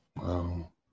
wow